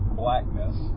blackness